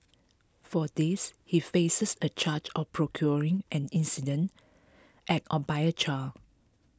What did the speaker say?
for this he faces a charge of procuring an indecent act by a child